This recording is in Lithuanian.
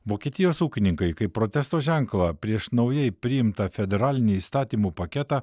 vokietijos ūkininkai kaip protesto ženklą prieš naujai priimtą federalinį įstatymų paketą